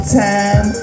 time